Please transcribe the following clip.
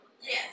Yes